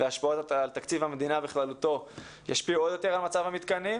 השפעות על תקציב המדינה בכללותו ישפיעו עוד יותר על מצב המתקנים.